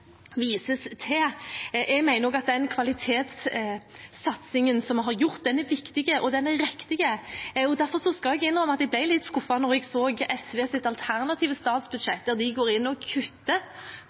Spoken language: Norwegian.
vises til. Jeg mener også at den kvalitetssatsingen vi har gjort, er viktig og riktig. Derfor skal jeg innrømme at jeg ble litt skuffet da jeg så SVs alternative